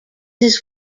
his